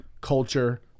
culture